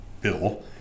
Bill